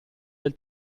del